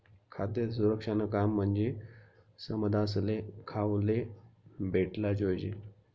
खाद्य सुरक्षानं काम म्हंजी समदासले खावाले भेटाले जोयजे